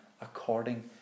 according